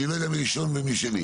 אני לא יודע מי ראשון ומי שני.